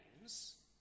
names